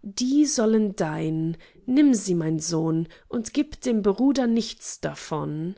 die sollen dein nimm sie mein sohn und gib dem bruder nichts davon